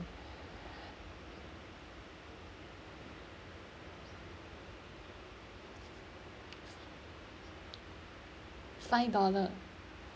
five dollar